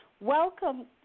Welcome